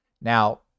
Now